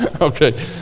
Okay